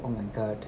oh my god